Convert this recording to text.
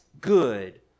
good